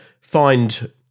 find